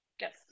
Yes